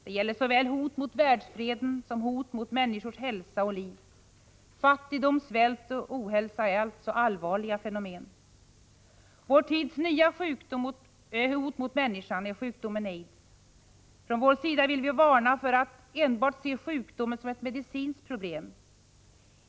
Det gäller såväl hot mot världsfreden som hot mot människors hälsa och liv. Fattigdom, svält och ohälsa är allvarliga fenomen. Vår tids nya hot mot människan är sjukdomen aids. Från centerpartiets sida vill vi varna för tendensen att se sjukdomen som enbart ett medicinskt problem.